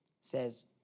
says